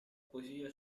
poesie